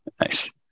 Nice